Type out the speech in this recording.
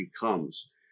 becomes